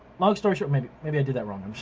long story short, maybe maybe i did that wrong.